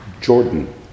Jordan